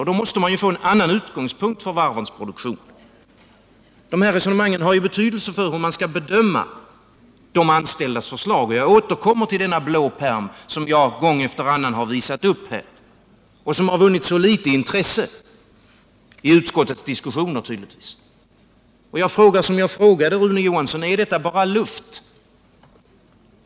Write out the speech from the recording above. Då måste man få en annan utgångspunkt för varvens produktion. Dessa resonemang har betydelse för hur man skall bedöma de anställdas förslag. Jag återkommer till denna blåa pärm, som jag gång efter gång har visat upp här men som tydligen har vunnit så litet intresse i utskottets diskussioner. Jag frågar industriministern så som jag tidigare har frågat Rune Johansson: Är detta bara luft?